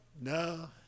No